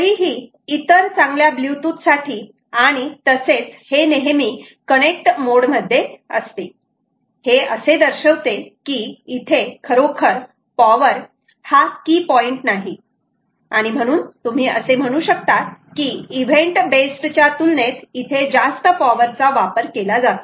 तरीही इतर चांगल्या ब्ल्यूटूथ साठी आणि तसेच हे नेहमी कनेक्ट मोड मध्ये असते हे असे दर्शवते की इथे खरोखर पॉवर हा की पॉईंट नाही म्हणून तुम्ही म्हणू शकतात की इव्हेंट बेस्ड च्या तुलनेत इथे जास्त पॉवर चा वापर केला जातो